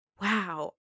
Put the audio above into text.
wow